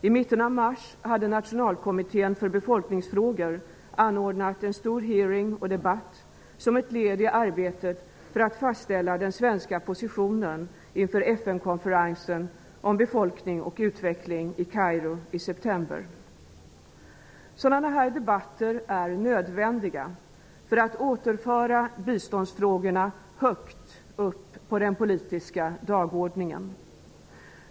I mitten av mars hade Nationalkommittén för befolkningsfrågor anordnat en stor hearing och debatt som ett led i arbetet för att fastställa den svenska positionen inför FN Sådana här debatter är nödvändiga för att återföra biståndsfrågorna högt upp på den politiska dagordningen.